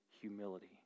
humility